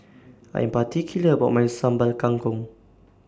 I'm particular about My Sambal Kangkong